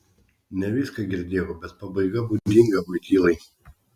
ne viską girdėjau bet pabaiga būdinga voitylai